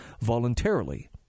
voluntarily